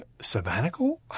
sabbatical